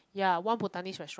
ya one bhutanese restaurant